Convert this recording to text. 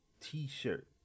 t-shirt